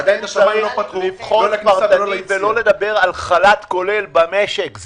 עדין לבחון פרטנית ולא לדבר על חל"ת כולל במשק.